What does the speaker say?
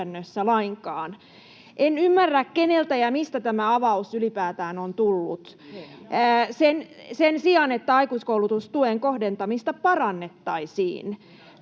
lainkaan. En ymmärrä, keneltä ja mistä tämä avaus ylipäätään on tullut — [Kimmo Kiljunen: Yrittäjiltä!] sen sijaan, että aikuiskoulutustuen kohdentamista parannettaisiin.